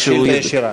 שאילתה ישירה,